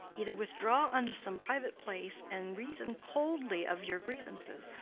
either withdraw unto some private place and reason coldly of your grievances,